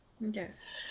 Yes